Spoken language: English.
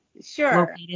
Sure